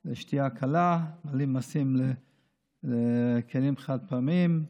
על שתייה קלה, מעלים מיסים על כלים חד-פעמיים,